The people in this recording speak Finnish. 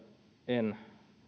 en